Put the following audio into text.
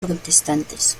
protestantes